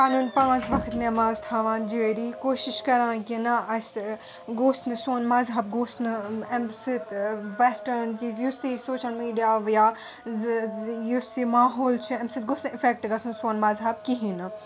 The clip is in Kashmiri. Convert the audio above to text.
پَنُن پانٛژھ وَقٕت نؠماز تھاوان جٲرِی کوٗشِش کران کہِ نہَ اَسہِ گوٚژھ نہٕ سُون مَذہَب گوٚژھ نہٕ اَمہِ سٟتۍ وِؠسٹٲرٕن چیٖز یُس تہِ سوشَل میٖڈیا آو یا زِ زِ یُس یہِ ماحول چھِ اَمہِ سٟتۍ گوٚژھ نہٕ اِیٚفؠکٹ گَژُھن سون مذہَب کِہیٖنٛۍ نہٕ